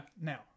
now